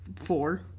Four